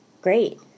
Great